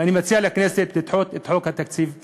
ואני מציע לכנסת לדחות את חוק התקציב בכלל.